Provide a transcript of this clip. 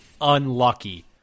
unlucky